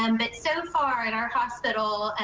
um but so far at our hospital,